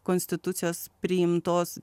konstitucijos priimtos